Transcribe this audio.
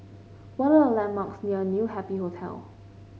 what are the landmarks near New Happy Hotel